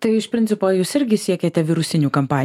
tai iš principo jūs irgi siekiate virusinių kampa